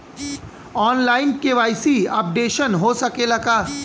आन line KYC updation हो सकेला का?